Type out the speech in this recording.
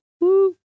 Woo